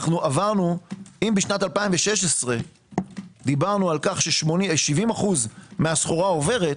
אם ב-2016 דיברנו על כך ש%705 מהסחורה עוברת,